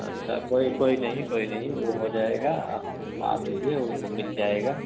अच्छा कोई कोई नहीं कोई नहीं वह हो जाएगा आप आ जाइए वह मतलब मिल जाएगा